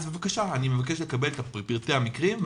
אני מבקש לקבל את פרטי המקרים,